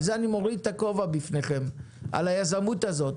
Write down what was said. על זה אני מוריד את הכובע בפניכם, על היזמות הזאת.